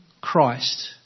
Christ